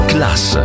Class